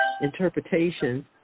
interpretations